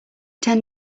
ten